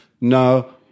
no